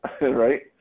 right